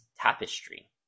tapestry